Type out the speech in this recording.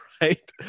Right